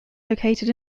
located